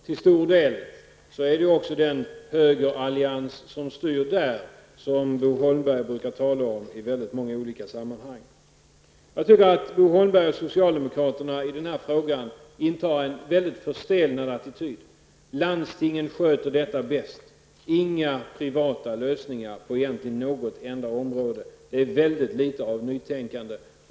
Till stor del styr där den högerallians som Bo Holmberg talar om i många olika sammanhang. Jag tycker att Bo Holmberg och socialdemokraterna i denna fråga intar en förstelnad attityd. Landstingen sköter detta bäst, inga privata lösningar på egentligen något enda område. Det är väldigt litet av nytänkande.